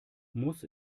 muss